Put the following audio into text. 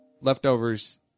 Leftovers